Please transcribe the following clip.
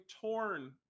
torn